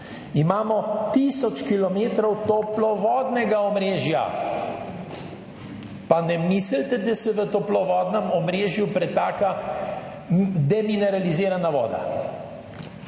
Imamo tisoč kilometrov toplovodnega omrežja, pa ne mislite, da se v toplovodnem omrežju pretaka demineralizirana voda.